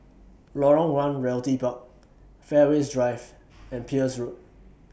Lorong one Realty Park Fairways Drive and Peirce Road